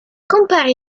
compare